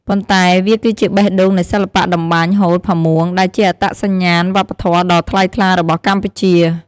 ប៉ុន្តែវាគឺជាបេះដូងនៃសិល្បៈតម្បាញហូល ផាមួង ដែលជាអត្តសញ្ញាណវប្បធម៌ដ៏ថ្លៃថ្លារបស់កម្ពុជា។